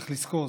צריך לזכור,